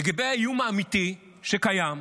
לגבי האיום האמיתי שקיים,